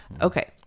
Okay